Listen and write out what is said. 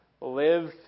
live